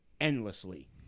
endlessly